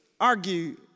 argue